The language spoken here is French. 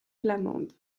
flamande